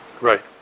Right